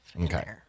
Okay